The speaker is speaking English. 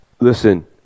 listen